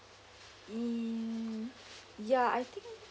mm ya I think